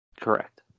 Correct